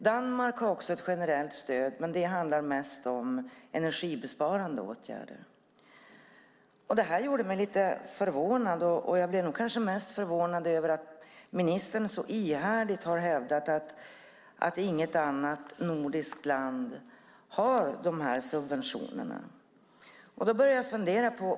Danmark har också ett generellt stöd, men det handlar mest om energibesparande åtgärder. Det gjorde mig lite förvånad. Jag blev kanske mest förvånad över att ministern så ihärdigt har hävdat att inget annat nordiskt land har de subventionerna. Jag började fundera.